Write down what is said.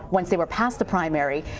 once they were past the primary,